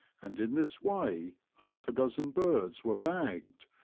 and in this way half-a dozen birds were bagged,